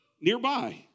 nearby